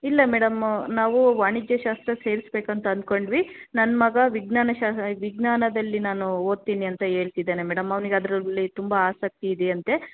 ಇಲ್ಲ ಮೇಡಮ್ ನಾವು ವಾಣಿಜ್ಯ ಶಾಸ್ತ್ರಕ್ಕೆ ಸೇರಿಸಬೇಕಂತ ಅಂದ್ಕೊಂಡ್ವಿ ನನ್ನ ಮಗ ವಿಜ್ಞಾನ ಶಾ ವಿಜ್ಞಾನದಲ್ಲಿ ನಾನು ಓದ್ತೀನಿ ಅಂತ ಹೇಳ್ತಿದ್ದಾನೆ ಮೇಡಮ್ ಅವನಿಗೆ ಅದರಲ್ಲಿ ತುಂಬ ಆಸಕ್ತಿ ಇದೆಯಂತೆ